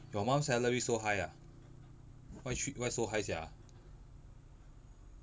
your mum salary so high ah why thr~ why so high sia